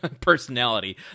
personality